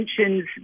mentions